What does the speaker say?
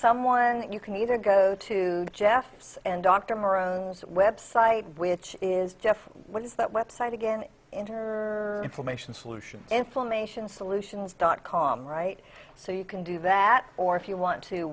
someone you can either go to jeff's and dr moreau website which is jeff what is that website again enter information solutions inflammation solutions dot com right so you can do that or if you want to